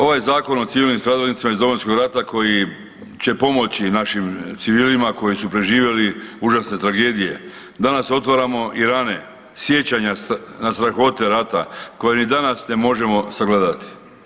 Ovaj Zakon o civilnim stradalnicima iz Domovinskog rata koji će pomoći našim civilima koji su preživjeli užasne tragedije, danas otvaramo i rane, sjećanja na strahote rata koje ni danas ne možemo sagledati.